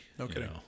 Okay